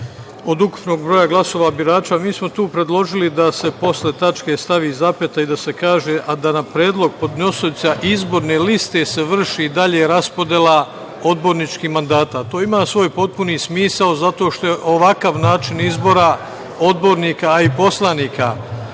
od ukupnog broja glasova birača. Mi smo tu predložili da se posle tačke stavi zapeta i da se kaže – a da na predlog podnosioca izborne liste se vrši dalje raspodela odborničkih mandata. To ima svoj potpuni smisao, zato što ovakav način izbora odbornika, a i poslanika,